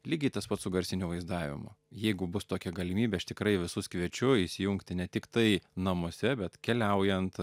lygiai tas pats su garsiniu vaizdavimu jeigu bus tokia galimybė aš tikrai visus kviečiu įsijungti ne tiktai namuose bet keliaujant